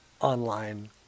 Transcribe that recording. online